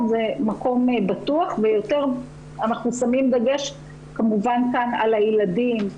זה מקום בטוח ויותר אנחנו שמים דגש כמובן כאן על הילדים,